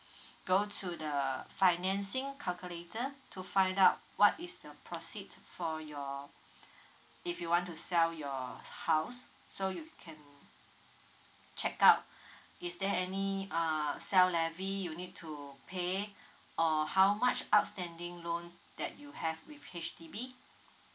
go to the financing calculator to find out what is the proceed for your if you want to sell your house so you can check out is there any uh sale levy you need to pay or how much outstanding loan that you have with H_D_B